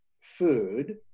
food